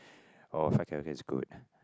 oh fried carrot cake is good